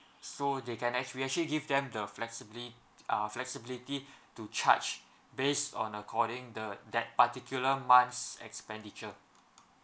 so they can actual~ we actually give them the flexibly uh flexibility to charge based on according the that particular month's expenditure